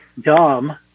dumb